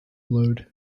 load